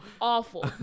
awful